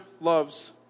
loves